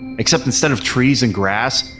except instead of trees and grass,